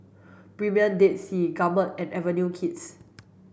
Premier Dead Sea Gourmet and Avenue Kids